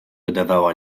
udawała